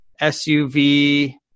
SUV